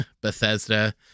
Bethesda